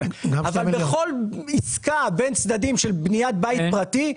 בכל עסקה בין צדדים של בניית בית פרטי,